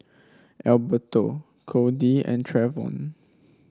Alberto Cody and Trevon